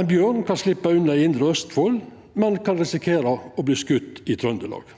Ein bjørn kan sleppa unna i Indre Østfold, men kan risikera å verta skoten i Trøndelag.